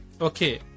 okay